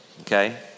okay